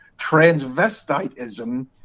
transvestitism